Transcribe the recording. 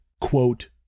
quote